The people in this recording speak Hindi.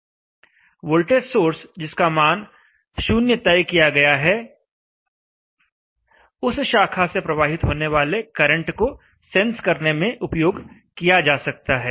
वोल्टेज सोर्स जिसका मान 0 तय किया गया है उस शाखा से प्रवाहित होने वाले करंट को सेंस करने में उपयोग किया जा सकता है